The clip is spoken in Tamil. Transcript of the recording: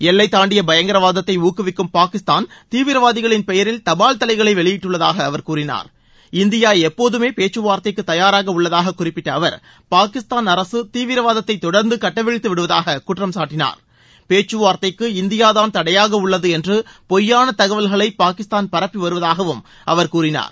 எல்லைதாண்டிய பயங்கரவாதத்தை ஊக்குவிக்கும் பாகிஸ்தான் தீவிரவாதிகளின் பெயரில் தபால் தலைகளை வெளியிட்டுள்ளதாக அவர் கூறினார் இந்தியா எப்போதுமே பேச்சுவார்த்தைக்கு தயாராக உள்ளதாக குறிப்பிட்ட அவர் பாகிஸ்தான் அரசு தீவிரவாதத்தை தொடர்ந்து கட்டவிழ்த்து விடுவதாக குற்றம் சாட்டினார் பேச்சுவார்த்தைக்கு இந்தியாதான் தடையாக உள்ளது என்று பொய்யான தகவல்களை பாகிஸ்தான் பரப்பி வருவதாகவும் அவர் கூறினார்